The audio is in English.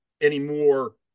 anymore